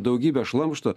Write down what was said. daugybę šlamšto